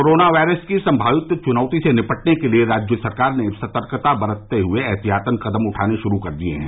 corona virus की सम्भावित चुनौती से निपटने के लिए राज्य सरकार ने सतर्कता बरते हए एहतियातन कदम उठाने शुरू कर दिए हैं